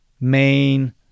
main